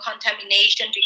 contamination